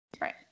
right